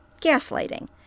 gaslighting